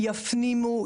יפנימו,